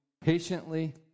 patiently